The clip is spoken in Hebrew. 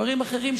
דברים אחרים,